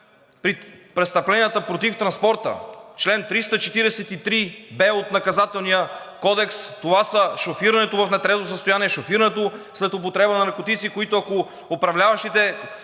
при престъпленията против транспорта чл. 343д от Наказателния кодекс. Това са: шофирането в нетрезво състояние, шофирането след употреба на наркотици, които, ако управляващите